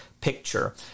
picture